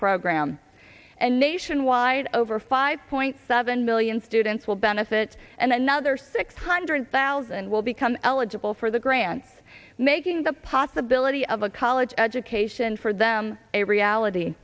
program and nationwide over five point seven million students will benefit and another six hundred thousand will become eligible for the grand it's making the possibility of a college education for them a reality